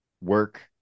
work